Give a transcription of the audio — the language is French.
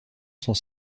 sont